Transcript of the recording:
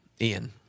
Ian